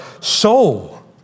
soul